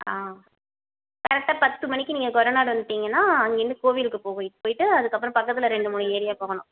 ஆ கரெக்டாக பத்து மணிக்கு நீங்கள் கொரநாடு வந்துவிட்டீங்கன்னா அங்கிருந்து கோவிலுக்கு போகணும் போய்விட்டு அதுக்கப்புறம் பக்கத்தில் ரெண்டு மூணு ஏரியா போகணும்